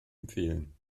empfehlen